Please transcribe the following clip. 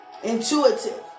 intuitive